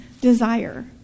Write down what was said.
desire